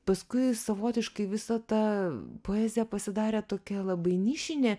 paskui savotiškai visa ta poezija pasidarė tokia labai nišinė